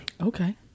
Okay